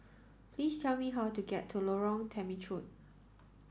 please tell me how to get to Lorong Temechut